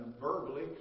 verbally